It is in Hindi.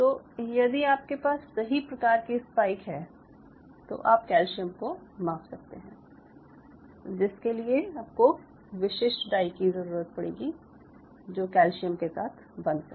तो यदि आपके पास सही प्रकार की स्पाइक है तो आप कैल्शियम को माप सकते हैं जिसके लिए आपको विशिष्ट डाई की ज़रूरत पड़ेगी जो कैल्शियम के साथ बंध सके